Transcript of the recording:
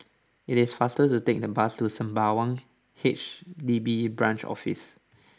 it is faster to take the bus to Sembawang H D B Branch Office